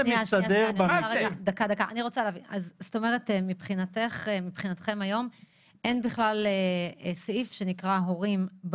זאת אומרת מבחינתכם היום אין בכלל סעיף שנקרא "הורים".